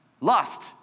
lust